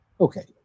okay